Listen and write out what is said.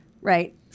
right